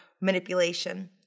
manipulation